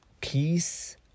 peace